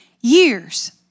Years